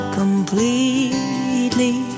completely